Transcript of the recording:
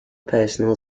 personal